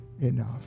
enough